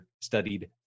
studied